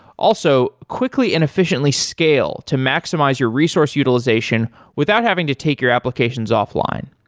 also, quickly and efficiently scale to maximize your resource utilization without having to take your applications offline.